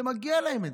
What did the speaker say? זה מגיע להן.